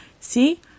see